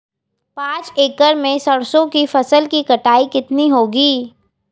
पांच एकड़ में सरसों की फसल की कटाई कितनी होगी?